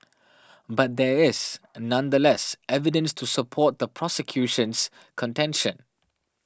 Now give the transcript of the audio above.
but there is nonetheless evidence to support the prosecution's contention